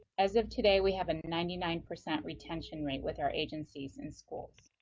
as of today, we have a ninety nine percent retention rate with our agencies and schools.